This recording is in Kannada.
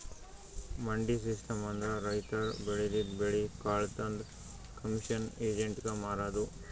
ಮಂಡಿ ಸಿಸ್ಟಮ್ ಅಂದ್ರ ರೈತರ್ ಬೆಳದಿದ್ದ್ ಬೆಳಿ ಕಾಳ್ ತಂದ್ ಕಮಿಷನ್ ಏಜೆಂಟ್ಗಾ ಮಾರದು